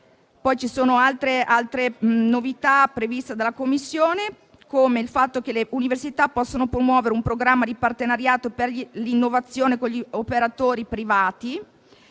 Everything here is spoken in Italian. Poi ci sono altre novità previste dalla Commissione, come il fatto che le università possono promuovere un programma di partenariato per l'innovazione con gli operatori privati,